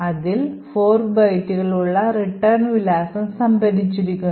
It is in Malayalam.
അതിൽ 4 ബൈറ്റുകൾ ഉള്ള റിട്ടേൺ വിലാസം സംഭരിച്ചിരിക്കുന്നു